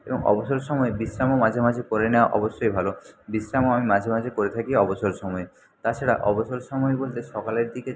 এবং অবসর সময়ে বিশ্রামও মাঝে মাঝে করে নেওয়া অবশ্যই ভালো বিশ্রামও আমি মাঝে মাঝে করে থাকি অবসর সময়ে তাছাড়া অবসর সময় বলতে সকালের দিকে